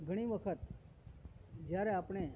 ઘણી વખત જ્યારે આપણે